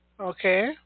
okay